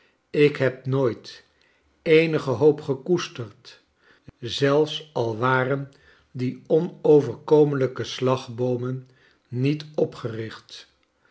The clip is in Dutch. ik heb nooit eenige hoop gekoesterd zelfs al waren die onoverkomelijke slagboomen niet opgerlcht